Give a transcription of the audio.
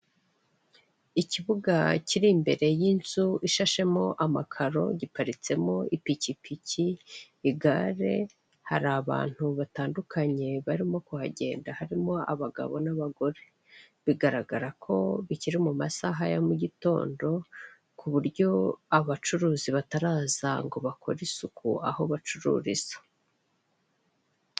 Ikibuga kiri imbere y'inzu ishashemo amakaro giparitsemo ipikipiki, igare, hari abantu batandukanye barimo kuhagenda harimo abagabo n'abagore, bigaragara ko bikiri mu masaha ya mugitondo, ku buryo abacuruzi bataraza ngo bakore isuku aho bacururiza.